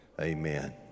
Amen